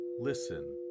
listen